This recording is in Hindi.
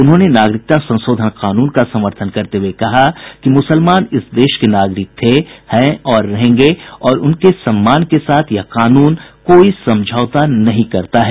उन्होंने नागरिकता संशोधन कानून का समर्थन करते हुये कहा कि मुसलमान इस देश के नागरिक थे हैं और रहेंगे और उनके सम्मान के साथ यह कानून कोई समझौता नहीं करता है